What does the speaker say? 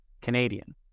Canadian